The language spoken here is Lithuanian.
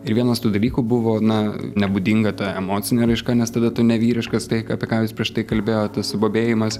ir vienas tų dalykų buvo na nebūdinga ta emocinė raiška nes tada tu nevyriškas tai ką apie ką jūs prieš tai kalbėjot subobėjimas